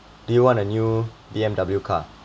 do you want a new B_M_W car